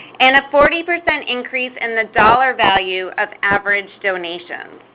and a forty percent increase in the dollar value of average donations.